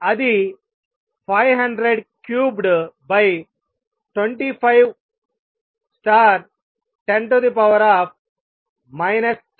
అది 500 క్యూబ్డ్ 25 10 34